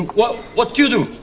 what what do you do?